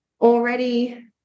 already